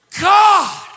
God